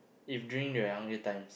if during the younger times